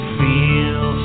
feel